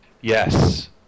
yes